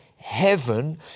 heaven